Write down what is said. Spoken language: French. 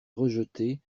rejeté